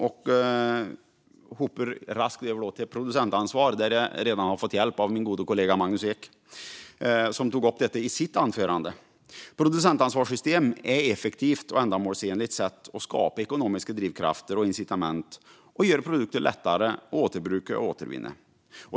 Jag går då över till producentansvaret, där jag redan har fått hjälp av min gode kollega Magnus Ek, som tog upp detta i sitt anförande. Producentansvarssystem är ett effektivt och ändamålsenligt sätt att skapa ekonomiska drivkrafter och incitament och göra produkter lättare att återbruka och återvinna.